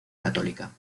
católica